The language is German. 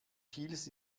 kiels